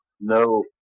no